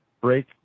break